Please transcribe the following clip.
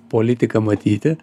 politiką matyti